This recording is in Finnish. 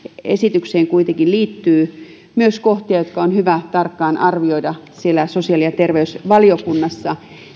esitykseen kuitenkin liittyy myös kohtia jotka on hyvä tarkkaan arvioida siellä sosiaali ja terveysvaliokunnassa